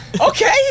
Okay